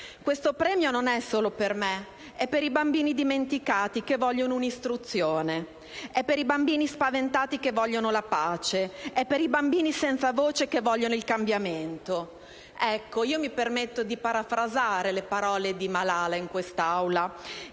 «Questo premio non è solo per me. È per i bambini dimenticati che vogliono un'istruzione. È per i bambini spaventati che vogliono la pace. È per i bambini senza voce che vogliono il cambiamento». Io mi permetto di parafrasare le parole di Malala in quest'Aula